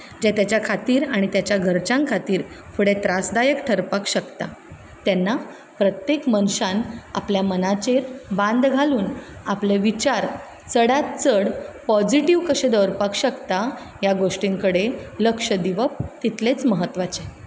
जें तेच्या खातीर आनी तेच्या घरच्यां खातीर फुडें त्रासदायक ठरपाक शकता तेन्ना प्रत्येक मनशान आपल्या मनाचेर बांद घालून आपले विचार चडांत चड पॉजिटीव कशें दवरपाक शकता ह्या गोश्टीं कडेन लक्ष दिवप तितलेंच म्हत्वाचे